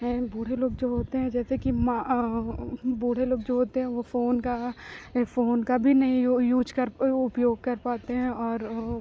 हैं बूढ़े लोग जो होते हैं जैसे कि बूढ़े लोग जो होते हैं वो फ़ोन का फ़ोन का भी नहीं यूज कर ओ उपयोग कर पाते हैं और ओ